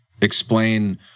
explain